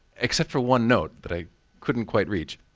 except for one note, that i couldn't quite reach.